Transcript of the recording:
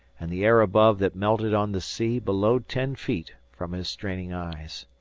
and the air above that melted on the sea below ten feet from his straining eyes.